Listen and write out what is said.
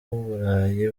burayi